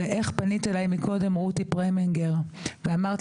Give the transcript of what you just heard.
ואיך פנית אלי מקודם רותי פרמינגר ואמרת